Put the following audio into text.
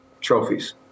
trophies